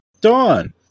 Dawn